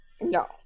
No